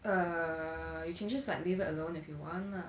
err you can just leave it alone if you want lah